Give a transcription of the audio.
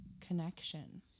connection